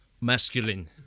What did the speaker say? masculine